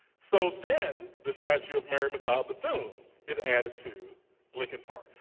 so then the statue of mary mccleod bethune is added to lincoln park,